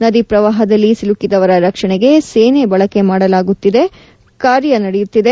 ನದಿ ಪ್ರವಾಹದಲ್ಲಿ ಸಿಲುಕಿದವರ ರಕ್ಷಣೆಗೆ ಸೇನೆ ಬಳಕೆ ಮಾಡಲಾಗುತ್ತಿದೆ ಕಾರ್ಯ ನಡೆಯುತ್ತಿದೆ